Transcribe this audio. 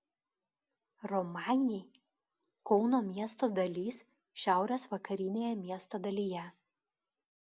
romainiai kauno miesto dalis šiaurės vakarinėje miesto dalyje